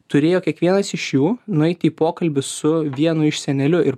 turėjo kiekvienas iš jų nueiti į pokalbius su vienu iš seneliu ir